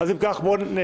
אז אם כך, בואו נצביע.